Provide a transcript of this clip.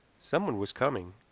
someone was coming,